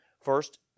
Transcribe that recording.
First